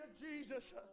Jesus